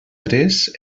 tres